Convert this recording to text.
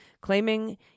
claiming